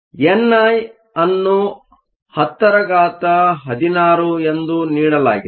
N I ಅನ್ನು 1016 ಎಂದು ನೀಡಲಾಗಿದೆ